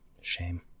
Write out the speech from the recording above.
Shame